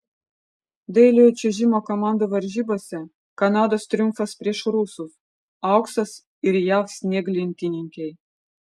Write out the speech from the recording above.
dailiojo čiuožimo komandų varžybose kanados triumfas prieš rusus auksas ir jav snieglentininkei